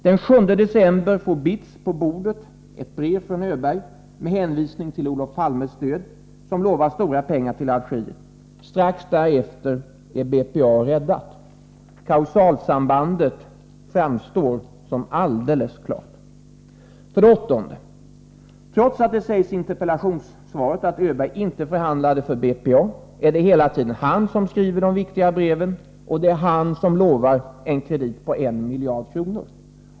Den 7 december får BITS på sitt bord ett brev från Öberg — med en hänvisning till Olof Palmes stöd — som utlovar stora pengar till Algeriet. Strax därefter är BPA räddat. Klausalsambandet framstår som alldeles klart. 8. Trots att det sägs i interpellationssvaret att Öberg inte förhandlade för BPA är det hela tiden han som skriver de viktiga breven, och det är han som utlovar en kredit på 1 miljard kronor.